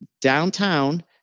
downtown